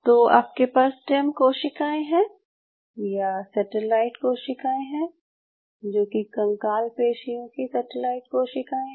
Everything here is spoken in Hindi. तो आपके पास स्टेम कोशिकाएं हैं या सेटेलाइट कोशिकाएं हैं जो कि कंकाल पेशियों की सेटेलाइट कोशिकाएं हैं